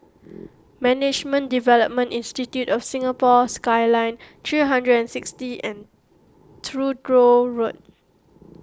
Management Development Institute of Singapore Skyline three hundred and sixty and Truro Road